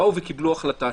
באו וקיבלו החלטה,